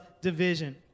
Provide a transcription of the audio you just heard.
division